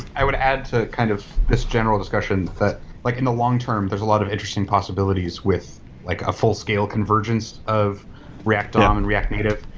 i would add to kind of this general discussion that like in the long term, there's a lot of interesting possibilities with like a full-scale convergence of react dom and react native.